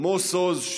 עמוס עוז,